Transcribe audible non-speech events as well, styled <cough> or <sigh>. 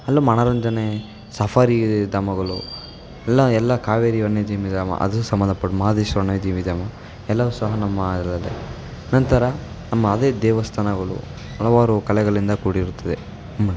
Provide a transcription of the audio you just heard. ಅಲ್ಲಿ ಮನೋರಂಜನೆ ಸಫಾರಿ ಧಾಮಗಳು ಎಲ್ಲ ಎಲ್ಲ ಕಾವೇರಿ ವನ್ಯಜೀವಿ ಧಾಮ ಅದು ಸಂಬಂಧಪಟ್ಟ ಮಹಾದೇಶ್ವರ ವನ್ಯಜೀವಿಧಾಮ ಎಲ್ಲವೂ ಸಹ ನಮ್ಮ <unintelligible> ನಮ್ಮ ಅದೇ ದೇವಸ್ಥಾನಗಳು ಹಲವಾರು ಕಲೆಗಳಿಂದ ಕೂಡಿರುತ್ತದೆ